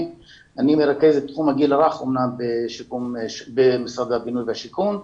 אני מרכז את תחום הגיל הרך במשרד בינוי והשיכון.